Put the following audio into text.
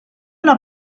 una